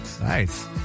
Nice